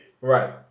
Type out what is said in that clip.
Right